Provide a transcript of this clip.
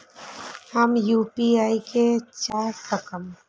हम यू.पी.आई के चला सकब?